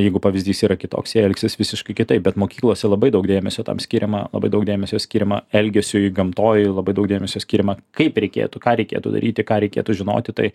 jeigu pavyzdys yra kitoks jie elgsis visiškai kitaip bet mokyklose labai daug dėmesio tam skiriama labai daug dėmesio skiriama elgesiui gamtoj labai daug dėmesio skiriama kaip reikėtų ką reikėtų daryti ką reikėtų žinoti tai